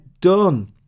done